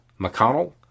McConnell